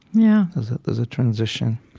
yeah there's ah there's a transition